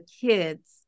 kids